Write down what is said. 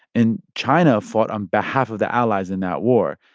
and china fought on behalf of the allies in that war.